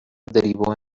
derivó